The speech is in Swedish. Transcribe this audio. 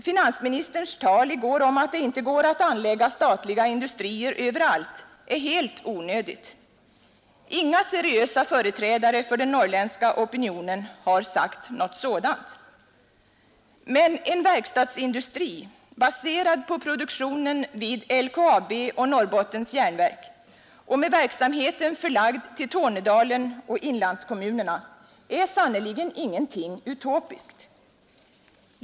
Finansministerns tal i går om att det inte går att anlägga statliga industrier överallt är helt onödigt. Inga seriösa företrädare för den norrländska opinionen har sagt något sådant. Men en verkstadsindustri baserad på produktionen vid LKAB och Norrbottens järnverk och med verksamheten förlagd till Tornedalen och inlandskommunerna är sannerligen ingenting utopiskt.